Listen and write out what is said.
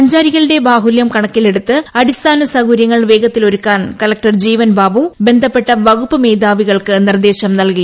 സഞ്ചാരികളുടെ ബാഹുല്യം കണക്കിലെടുത്ത് അടിസ്ഥാന സൌകര്യങ്ങൾ വേഗത്തിൽ ഒരുക്കാൻ കളക്ടർ ജീവൻബാബു ബന്ധപ്പെട്ട വകുപ്പു മേധാവികൾക്ക് നിർദ്ദേശം നൽകി